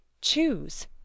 choose